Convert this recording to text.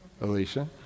Alicia